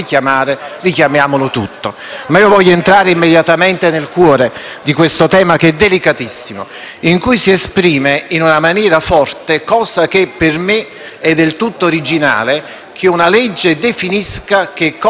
di questo tema, che è delicatissimo, in cui si esprime in una maniera forte (cosa per me del tutto originale) che una legge definisca cosa, in ambito biomedico, è un trattamento e cosa non lo è.